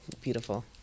beautiful